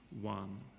one